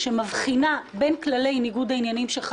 נמצא בניגוד עניינים,